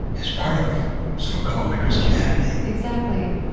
is part of so-called christianity exactly.